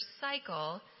cycle